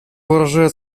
выражает